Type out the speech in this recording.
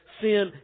sin